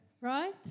right